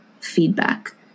feedback